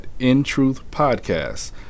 intruthpodcast